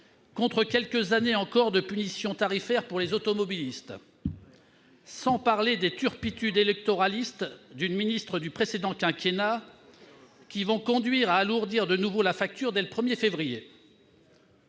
contre quelques années encore de punition tarifaire pour les automobilistes. Et ne parlons même pas des turpitudes électoralistes d'une ministre du précédent quinquennat qui vont conduire à alourdir de nouveau la facture dès le 1 février